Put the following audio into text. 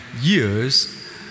years